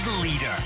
leader